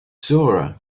zora